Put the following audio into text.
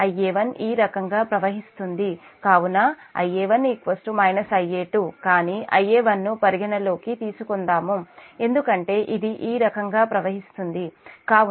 Ia1 ఈ రకంగా ప్రవహిస్తుంది కాబట్టి Ia1 Ia2 కానీ Ia1 ను పరిగణలోకి తీసుకొందాము ఎందుకంటే ఇది ఈ రకంగా ప్రవహిస్తుంది కాబట్టి